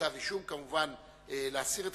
כתב אישום, כמובן להסיר את